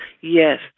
Yes